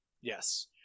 Yes